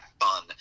fun